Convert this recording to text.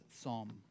Psalm